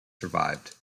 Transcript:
survived